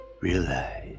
Realize